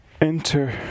enter